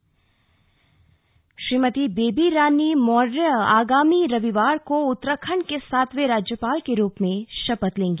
शपथ ग्रहण श्रीमती बेबी रानी मौर्य आगामी रविवार को उत्तराखण्ड के सातवें राज्यपाल के रूप में शपथ लेंगी